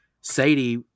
Sadie